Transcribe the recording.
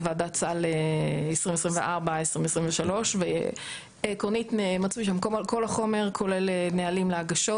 "ועדת סל 2023 2024". עקרונית מצוי שם כל החומר כולל נהלים להגשות.